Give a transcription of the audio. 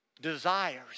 desires